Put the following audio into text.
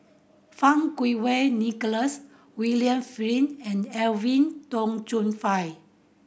Fang Kuo Wei Nicholas William Flint and Edwin Tong Chun Fai